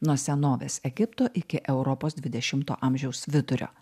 nuo senovės egipto iki europos dvidešimto amžiaus vidurio